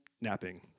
napping